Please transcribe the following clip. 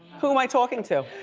who am i talking to?